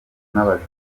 n’abajura